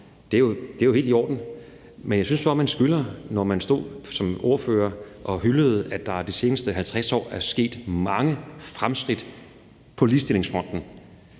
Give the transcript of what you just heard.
Det er jo helt i orden, men jeg synes, at man skylder, når man stod som ordfører og hyldede, at der de seneste 50 år er sket mange fremskridt på ligestillingsfronten,